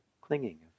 clinging